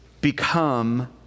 become